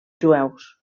jueus